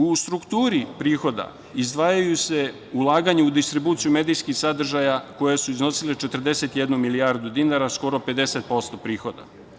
U strukturi prihoda izdvajaju se ulaganja u distribuciju medijskih sadržaja koja su iznosila 41 milijardu dinara, skoro 50% prihoda.